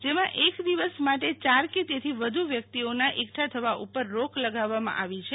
જેમાં એક દિવસ માટે યાર કે તેથી વધુ વ્યક્તિઓના એકઠા થવા ઉપર રોક લગાવવામાં આવી છે